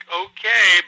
okay